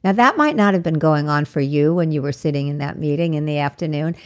and that might not have been going on for you when you were sitting in that meeting in the afternoon.